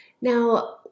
Now